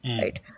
right